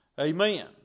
Amen